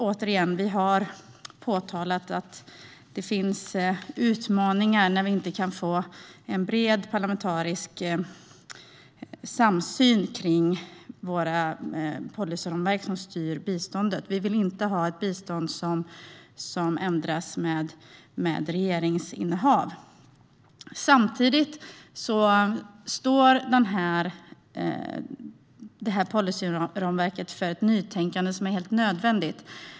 Vi har påpekat att det finns utmaningar när vi inte kan få en bred parlamentarisk samsyn kring de policyramverk som styr biståndet. Vi vill inte ha ett bistånd som ändras med innehavet av regeringsmakten. Samtidigt står detta policyramverk för ett nytänkande som är helt nödvändigt.